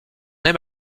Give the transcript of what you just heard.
aime